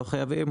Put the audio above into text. לא חייבים.